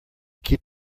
keep